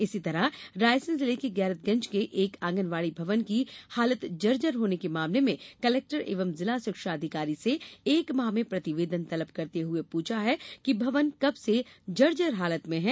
इसी तरह रायसेन जिले के गैरतगंज के एक आंगनबाड़ी भवन की हालत जर्जर होने के मामले में कलेक्टर एवं जिला शिक्षा अधिकारी से एक माह में प्रतिवेदन तलब करते हुए पूछा है कि भवन कब से जर्जर हालत में है